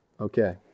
Okay